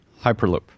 Hyperloop